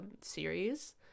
series